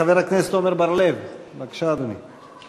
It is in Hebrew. חבר הכנסת עמר בר-לב, בבקשה, אדוני.